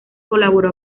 colaboró